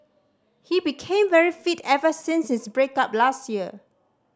he became very fit ever since his break up last year